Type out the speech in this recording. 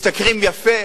משתכרים יפה,